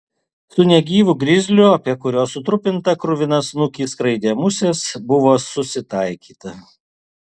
su negyvu grizliu apie kurio sutrupintą kruviną snukį skraidė musės buvo susitaikyta